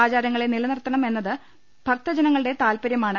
ആചാരങ്ങളെ നിലനിർത്തണമെന്നത് ഭക്തജനങ്ങളുടെ താത്പര്യമാണ്